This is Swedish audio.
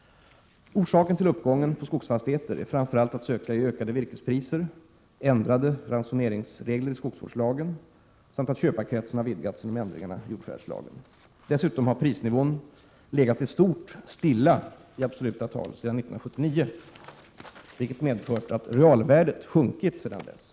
Orsaken till uppgången på skogsfastigheter är framför allt att söka i ökade virkespriser, ändrade ransoneringsregler i skogsvårdslagen samt att köparkretsen har vidgats genom ändringarna i jordförvärvslagen. Dessutom har prisnivån legat i stort sett stilla i absoluta tal sedan 1979, vilket medfört att realvärdet sjunkit sedan dess.